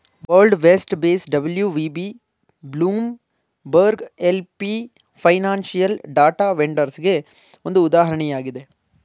world vest base W V B, Bloomberg L P financial data ವೆಂಡರ್ಸ್ಗೆಗೆ ಒಂದು ಉದಾಹರಣೆಯಾಗಿದೆ